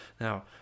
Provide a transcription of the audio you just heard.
Now